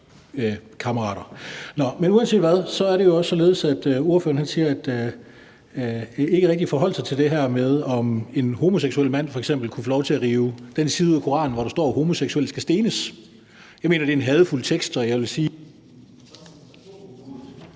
Men uanset hvad er det jo også således, at ordføreren ikke rigtig forholdt sig til det her med, om en homoseksuel mand f.eks. kunne få lov til at rive den side ud af Koranen, hvor der står, at homoseksuelle skal stenes. Jeg mener, at det er en hadefuld tekst, og jeg vil sige ...